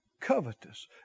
Covetous